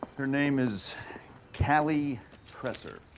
her name is callie tressor.